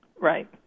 Right